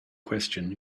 question